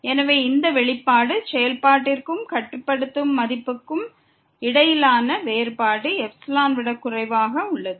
எனவே இந்த வெளிப்பாடு செயல்பாட்டிற்கும் கட்டுப்படுத்தும் மதிப்புக்கும் இடையிலான வேறுபாடு εஐ விட குறைவாக உள்ளது